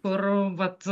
kur vat